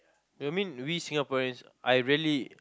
you mean we Singaporeans I really